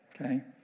okay